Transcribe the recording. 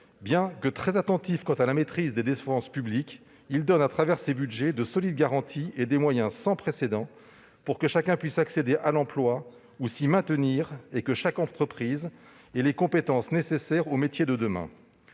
Bien que très attentif à la maîtrise des dépenses publiques, il donne, au travers de ces budgets, de solides garanties et des moyens sans précédent pour que chacun puisse accéder à l'emploi ou s'y maintenir et que chaque entreprise ait les compétences nécessaires aux métiers de demain.